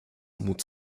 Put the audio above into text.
mot